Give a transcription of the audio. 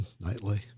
nightly